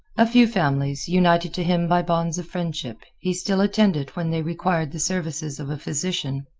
a few families, united to him by bonds of friendship, he still attended when they required the services of a physician.